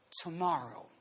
tomorrow